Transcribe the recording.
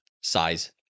size